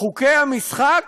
חוקי המשחק